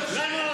תודה.